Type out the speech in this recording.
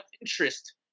interest